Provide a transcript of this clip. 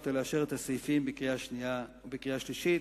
ולאשר את הסעיפים בקריאה שנייה ובקריאה שלישית.